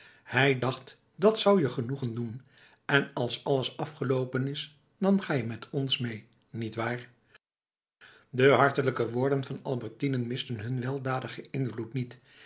hij dacht dat zou je genoegen doen en als alles afgeloopen is dan ga je met ons mee niet waar de hartelijke woorden van albertine misten hun weldadigen invloed niet